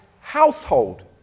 household